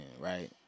right